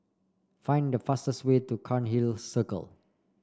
find the fastest way to Cairnhill Circle